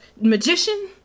magician